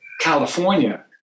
California